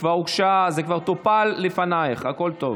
כבר הוגשה, זה כבר טופל לפנייך, הכול טוב.